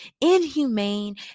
inhumane